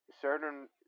certain